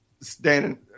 standing